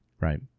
Right